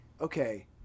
okay